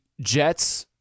Jets